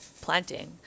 planting